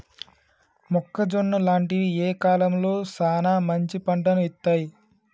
మొక్కజొన్న లాంటివి ఏ కాలంలో సానా మంచి పంటను ఇత్తయ్?